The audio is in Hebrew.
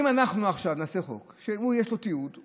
אם אנחנו נעשה עכשיו חוק שיש תיעוד,